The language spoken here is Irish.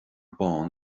bán